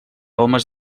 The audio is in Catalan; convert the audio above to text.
homes